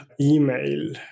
email